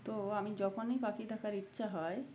তো আমি যখনই বাকি থাকার ইচ্ছা হয়